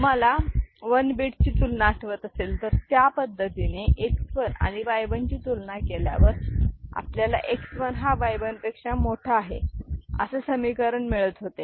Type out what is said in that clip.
तुम्हाला 1 बीट ची तुलना आठवत असेल तर त्या पद्धतीने X 1 आणि Y 1 ची तुलना केल्यावर आपल्याला X 1 हा Y 1 पेक्षा मोठा आहे असे समीकरण मिळत होते